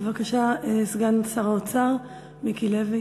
בבקשה, סגן שר האוצר מיקי לוי.